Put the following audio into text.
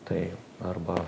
tai arba